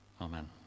Amen